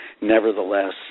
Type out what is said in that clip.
Nevertheless